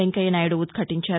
వెంకయ్య నాయుడు ఉద్భాటించారు